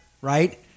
right